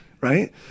Right